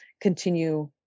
continue